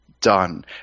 done